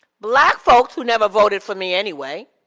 black folks who never voted for me anyway.